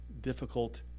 difficult